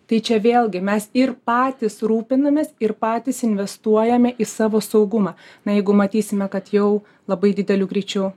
tai čia vėlgi mes ir patys rūpinamės ir patys investuojame į savo saugumą na jeigu matysime kad jau labai dideliu greičiu